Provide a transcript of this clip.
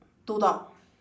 two dog